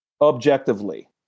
objectively